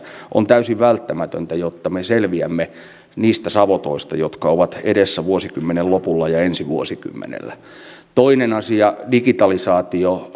laguna olisi historian suurin kansainvälinen tiedehanke suomessa ja hankkeella olisi merkitystä koko suomen ja euroopan tiede elämän kannalta